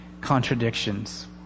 contradictions